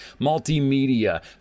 multimedia